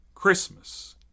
Christmas